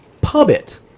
Pubit